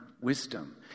Wisdom